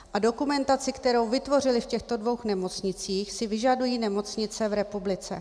A dokumentaci, kterou vytvořili v těchto dvou nemocnicích, si vyžadují nemocnice v republice.